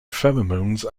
pheromones